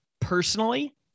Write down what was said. personally